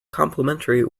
complimentary